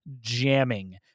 jamming